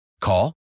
Call